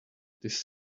this